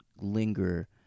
linger